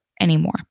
anymore